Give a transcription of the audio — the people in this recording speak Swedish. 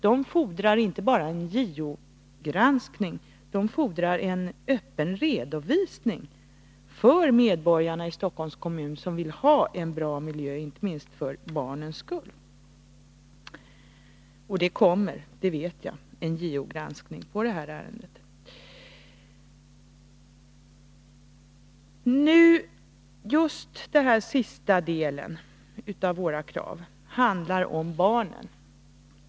De fordrar inte bara en JO-granskning utan också en öppen redovisning för medborgarna i Stockholms kommun, vilka vill ha en bra kommun, inte minst för barnens skull. En sådan JO-granskning av detta ärende kommer också att ske. Det vet jag. Just den sista delen av våra krav handlar om barnen.